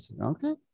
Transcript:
Okay